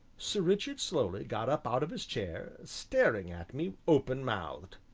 sir richard slowly got up out of his chair, staring at me open-mouthed.